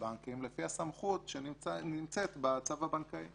אשמח שנקיים על זה דיון ותראו איפה זה